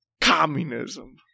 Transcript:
communism